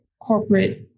corporate